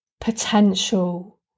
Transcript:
potential